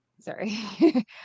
sorry